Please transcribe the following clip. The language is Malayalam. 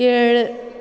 ഏഴ്